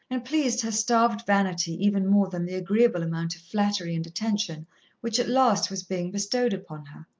and pleased her starved vanity even more than the agreeable amount of flattery and attention which at last was being bestowed upon her.